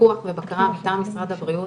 פיקוח ובקרה מטעם משרד הבריאות